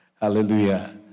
Hallelujah